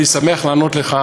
אני שמח לענות לך